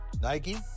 Nike